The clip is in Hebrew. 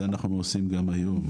זה אנחנו עושים גם היום.